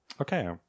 Okay